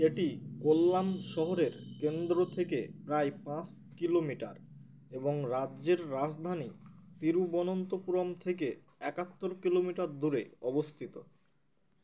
এটি কোল্লাম শহরের কেন্দ্র থেকে প্রায় পাঁচ কিলোমিটার এবং রাজ্যের রাজধানী তিরুবনন্তপুরম থেকে একাত্তর কিলোমিটার দূরে অবস্থিত